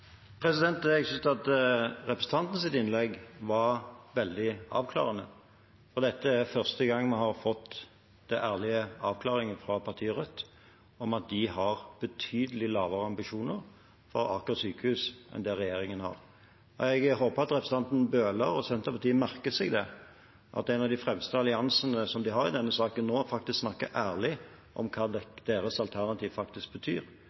Jeg synes at representantens innlegg var veldig avklarende, for dette er første gang vi har fått den ærlige avklaringen fra partiet Rødt om at de har betydelig lavere ambisjoner for Aker sykehus enn det regjeringen har. Jeg håper at representanten Bøhler og Senterpartiet merker seg det, at en av de fremste allierte som de har i denne saken, nå snakker ærlig om hva deres alternativ faktisk betyr,